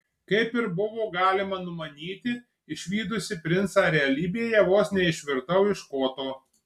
kaip ir buvo galima numanyti išvydusi princą realybėje vos neišvirtau iš koto